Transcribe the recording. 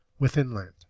withinland